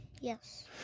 Yes